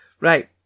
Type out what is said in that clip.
Right